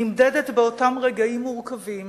נמדדת באותם רגעים מורכבים